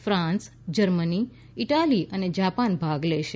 France Germany Italy અને Japan ભાગ લેશે